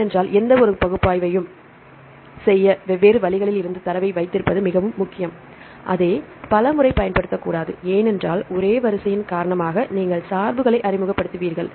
ஏனென்றால் எந்தவொரு பகுப்பாய்வையும் செய்ய வெவ்வேறு வழிகளில் இருந்து தரவை வைத்திருப்பது மிகவும் முக்கியம் அதே பல முறை பயன்படுத்தக்கூடாது ஏனென்றால் ஒரே வரிசையின் காரணமாக நீங்கள் சார்புகளை அறிமுகப்படுத்துவீர்கள்